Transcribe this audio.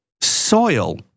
soil